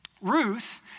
Ruth